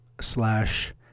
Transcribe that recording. slash